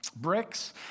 Bricks